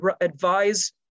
advise